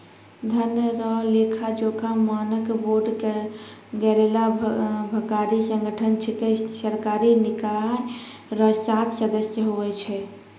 धन रो लेखाजोखा मानक बोर्ड गैरलाभकारी संगठन छिकै सरकारी निकाय रो सात सदस्य हुवै छै